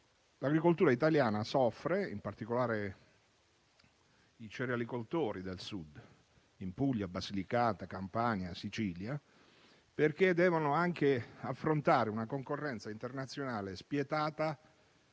l'agricoltura italiana soffre - penso, in particolare, ai cerealicoltori del Sud in Puglia, Basilicata, Campania e Sicilia - perché deve anche affrontare la concorrenza internazionale spietata